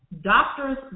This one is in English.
Doctors